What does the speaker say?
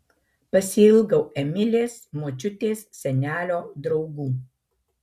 pasiilgau emilės močiutės senelio draugų